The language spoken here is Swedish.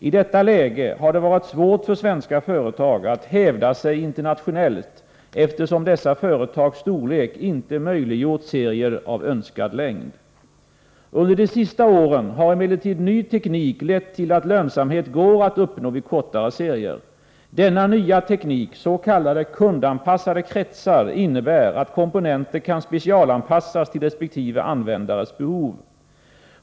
I detta läge har det varit svårt för svenska företag att hävda sig internationellt, eftersom dessa företags storlek inte möjliggjort serier av önskad längd. Under de sista åren har emellertid ny teknik lett till att lönsamhet går att uppnå vid kortare serier. Denna nya teknik, s.k. kundanpassade kretsar, innebär att komponenter kan specialanpassas till resp. användares behov.